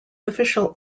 official